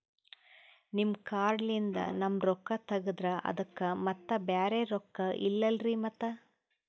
ನಿಮ್ ಕಾರ್ಡ್ ಲಿಂದ ನಮ್ ರೊಕ್ಕ ತಗದ್ರ ಅದಕ್ಕ ಮತ್ತ ಬ್ಯಾರೆ ರೊಕ್ಕ ಇಲ್ಲಲ್ರಿ ಮತ್ತ?